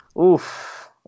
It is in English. Oof